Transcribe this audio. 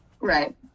Right